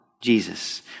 Jesus